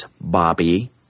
Bobby